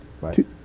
Right